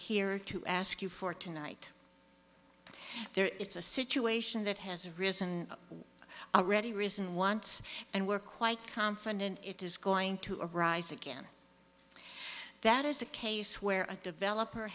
here to ask you for tonight there is a situation that has risen already risen once and we're quite confident it is going to arise again that is a case where a developer